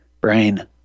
brain